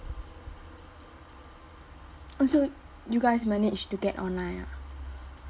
oh so you guys managed to get online ah